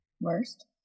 Worst